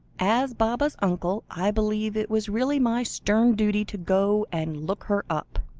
as baba's uncle, i believe it was really my stern duty to go and look her up.